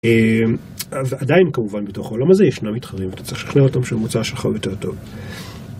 ועדיין כמובן בתוך העולם הזה ישנם מתחרים ואתה צריך לשכנע אותם שהמוצר שלך יותר טוב.